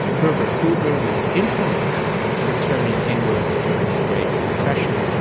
herbert hoover was infamous for turning inwards during the great depression.